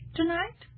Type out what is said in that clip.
tonight